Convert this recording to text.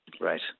Right